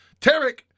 Tarek